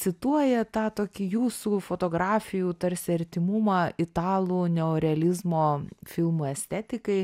cituoja tą tokį jūsų fotografijų tarsi artimumą italų neorealizmo filmų estetikai